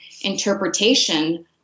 interpretation